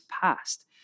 passed